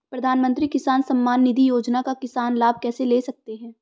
प्रधानमंत्री किसान सम्मान निधि योजना का किसान लाभ कैसे ले सकते हैं?